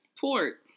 port